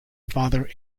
father